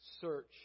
search